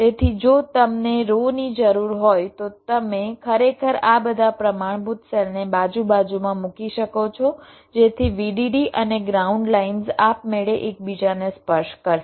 તેથી જો તમને રો ની જરૂર હોય તો તમે ખરેખર આ બધા પ્રમાણભૂત સેલ ને બાજુ બાજુમાં મૂકી શકો છો જેથી VDD અને ગ્રાઉન્ડ લાઇન્સ આપમેળે એકબીજાને સ્પર્શ કરશે